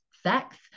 sex